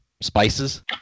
spices